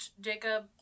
Jacob